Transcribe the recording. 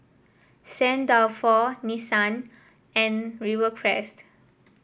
Saint Dalfour Nissin and Rivercrest